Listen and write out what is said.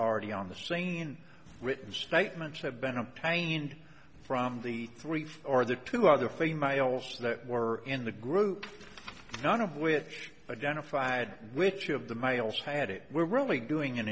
already on the scene written statements have been obtained from the three or the two other females that were in the group none of which identified which of the males had it were really doing an